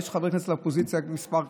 יש חברי כנסת לאופוזיציה במספר כזה,